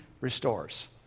restores